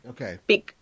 Okay